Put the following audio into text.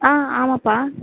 ஆ ஆமாம்ப்பா